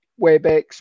WebEx